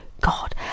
god